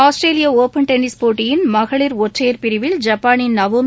ஆஸ்திரேலிய open tennis போட்டியின் மகளிர் ஒற்றையர் பிரிவில் ஜப்பானின் நவோமி